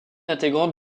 intégrante